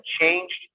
changed